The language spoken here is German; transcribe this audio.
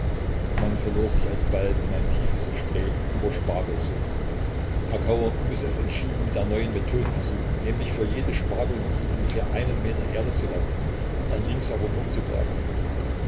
man verlor sich alsbald in ein tiefes gespräch über spargelzucht herr kauer müsse es entschieden mit der neuen methode versuchen nämlich für jede spargelwurzel ungefähr einen meter erde zu lassen dann rings herum umzugraben